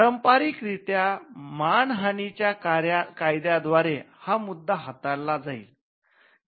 पारंपारिकरित्या मानहानिच्या कायद्याद्व्यारे हा मुद्दा हाताडाला जाईल